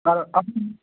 আর আপনি